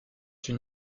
une